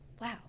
wow